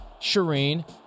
Shireen